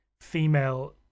female